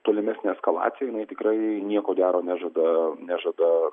tolimesnė eskalacija tikrai nieko gero nežada nežada